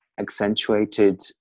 accentuated